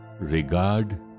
regard